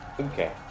Okay